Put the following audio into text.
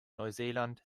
neuseeland